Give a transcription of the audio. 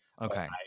Okay